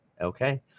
Okay